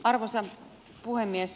arvoisa puhemies